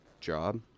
job